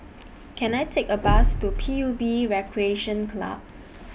Can I Take A Bus to P U B Recreation Club